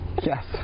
Yes